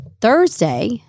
Thursday